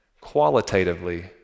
qualitatively